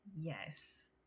yes